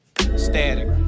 Static